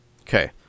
Okay